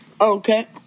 Okay